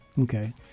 okay